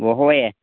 وۅنۍ ہوے یہِ